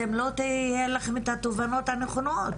אתם לא תהיה לכם את התובנות הנכונות.